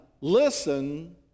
listen